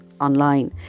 online